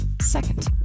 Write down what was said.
second